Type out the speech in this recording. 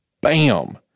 Bam